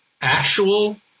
actual